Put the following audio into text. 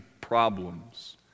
problems